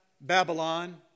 Babylon